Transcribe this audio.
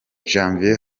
javier